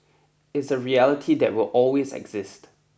it's a reality that will always exist